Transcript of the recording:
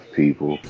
people